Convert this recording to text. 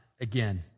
again